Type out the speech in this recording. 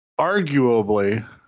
arguably